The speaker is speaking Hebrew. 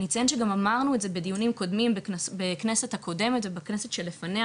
אני אציין שגם אמרנו את זה בדיונים קודמים בכנסת הקודמת ובכנסת שלפניה,